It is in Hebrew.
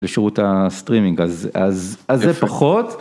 לשירות הסטרימינג אז זה פחות.